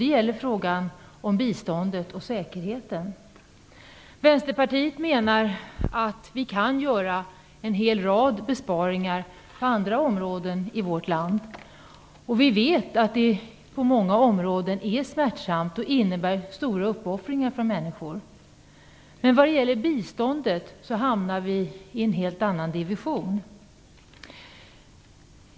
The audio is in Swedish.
Det gäller då frågan om biståndet och säkerheten. Vänsterpartiet menar att vi kan göra en rad besparingar på andra områden i vårt land. Vi vet att det på många områden är smärtsamt och att det innebär stora uppoffringar för människor. Men när det gäller biståndet hamnar vi i en helt annan division.